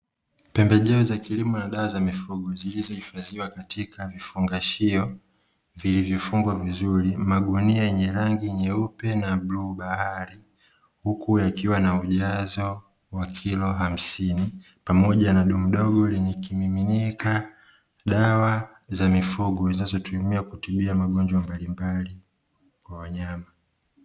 Pembejeo za kilimo na dawa za mifugo zilizohifadhiwa, katika vifungashio vilivyofungwa vizuri. Magunia yenye rangi nyeupe na bluu bahari, huku yakiwa na ujazo wakilo hamsini pamoja na dumu dogo lenye kimiminika. Dawa za mifugo zinazotumika kutibia magonjwa mbalimbali kwa wanyama.